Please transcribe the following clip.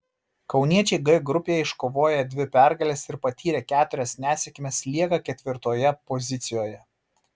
kauniečiai g grupėje iškovoję dvi pergales ir patyrę keturias nesėkmes lieka ketvirtoje pozicijoje